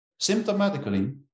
symptomatically